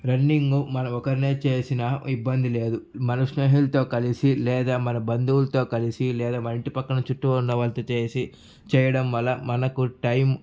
running మనము ఒకరమే చేసినా ఇబ్బంది లేదు మన స్నేహితులతో కలిసి లేదా మన బంధువులతో కలిసి లేదా మన ఇంటి పక్కన చుట్టూ ఉన్న వాళ్ళతో చేసి చేయడం వల్ల మనకు టైమ్